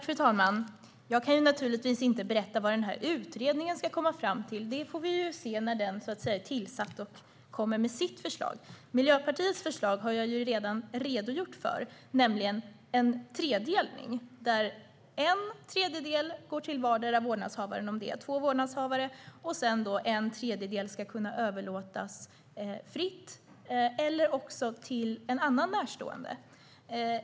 Fru talman! Jag kan naturligtvis inte berätta vad utredningen ska komma fram till. Det får vi se när den är tillsatt och när den kommer med sitt förslag. Miljöpartiets förslag har jag redan redogjort för, nämligen en tredelning där en tredjedel går till vardera vårdnadshavaren om det är två vårdnadshavare och en tredjedel ska kunna överlåtas fritt, också till en annan närstående.